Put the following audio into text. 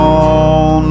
on